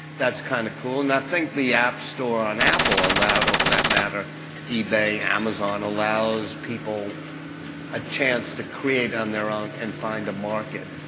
that's kind of cool. and i think the app store on apple allowed or for that matter ebay, amazon allows people a chance to create on their own and find a market.